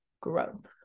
growth